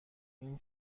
این